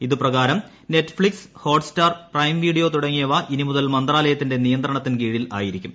ഇതു പ്ലൂക്കാരം Netflix Hotstar Prime Video തുടങ്ങിയവ ഇനി മുതൽ മന്ത്രാലയത്തിന്റെ നിയന്ത്രണത്തിൻ കീഴിൽ ആയിരിക്കും